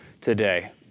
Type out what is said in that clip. today